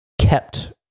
kept